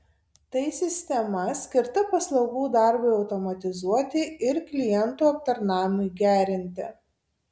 tai sistema skirta paslaugų darbui automatizuoti ir klientų aptarnavimui gerinti